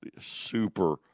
Super